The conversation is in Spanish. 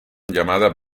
llamadas